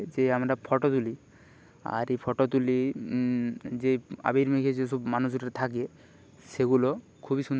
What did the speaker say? এবং আমি রাস্তাতে বেশি দৌড়ই না কেননা রাস্তায় যখন ছটা বেজে যায় তারপরে আমি আর দৌড়ই না চারটা থেকে